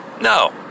No